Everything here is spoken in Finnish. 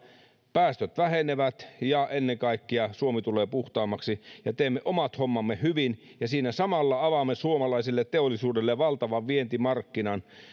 päästöt vähenevät ja ennen kaikkea suomi tulee puhtaammaksi ja teemme omat hommamme hyvin ja siinä samalla avaamme suomalaiselle teollisuudelle valtavan vientimarkkinan